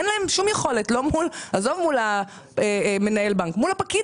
אין לו כל יכולת ולא רק מול מנהל הבנק אלא גם מול הפקיד.